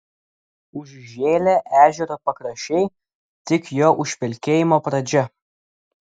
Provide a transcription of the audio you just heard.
užžėlę ežero pakraščiai tik jo užpelkėjimo pradžia